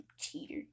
cheater